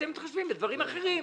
אתם מתחשבים בדברים אחרים.